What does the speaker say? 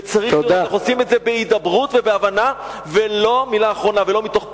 וצריך לראות איך עושים את זה בהידברות ובהבנה ולא מתוך פטרונות.